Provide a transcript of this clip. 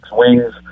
wings